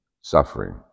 suffering